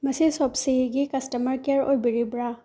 ꯃꯁꯤ ꯁꯣꯞꯁꯤꯒꯤ customer care ꯑꯣꯏꯕꯤꯔꯕ꯭ꯔꯥ